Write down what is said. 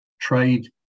trade